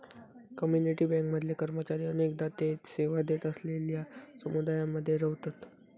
community bank मधले कर्मचारी अनेकदा ते सेवा देत असलेलल्यो समुदायांमध्ये रव्हतत